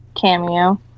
Cameo